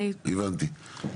הבנתי.